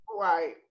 right